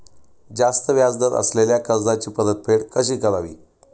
जास्त व्याज दर असलेल्या कर्जाची परतफेड कशी करावी?